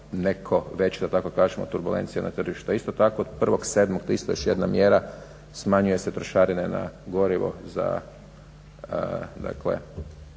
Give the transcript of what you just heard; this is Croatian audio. neko veće da tako kažemo turbulencija a tržištu. A isto tako od 1.7. to je isto još jedna mjera smanjuju se trošarine na gorivo za